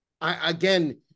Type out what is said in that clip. again